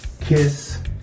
kiss